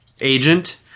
agent